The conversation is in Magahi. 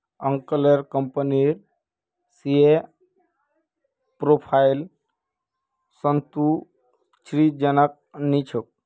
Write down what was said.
अंकलेर कंपनीर सेल्स प्रोफाइल संतुष्टिजनक नी छोक